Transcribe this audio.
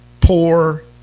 poor